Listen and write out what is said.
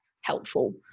helpful